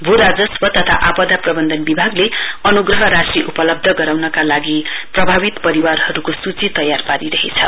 भू राजस्व तथा आपदा प्रबन्धन विभागले अनुग्रह राशी उपलब्ध गराउनका लागि प्रभावित परिवारहरुको सुची तयार पारिरहेछ